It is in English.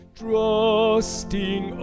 trusting